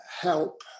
help